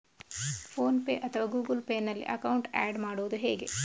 Phone pay ಅಥವಾ Google Pay ನಲ್ಲಿ account add ಮಾಡುವುದು ಹೇಗೆ?